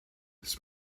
this